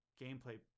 gameplay